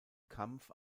kampf